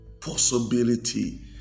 possibility